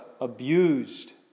abused